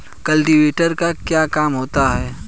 Cultivator का क्या काम होता है?